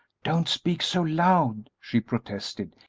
don't speak so loud, she protested.